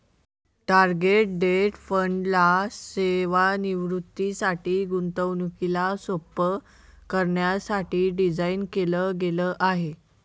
target date fund ला सेवानिवृत्तीसाठी, गुंतवणुकीला सोप्प करण्यासाठी डिझाईन केल गेल आहे